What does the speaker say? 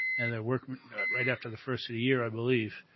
and they're working right after the first of the year, i believe,